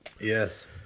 Yes